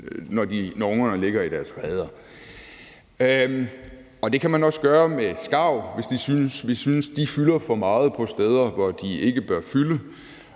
når ungerne ligger i deres reder, og det kan man også gøre med skarver, hvis man synes, de fylder for meget nogle steder, hvor de ikke bør fylde,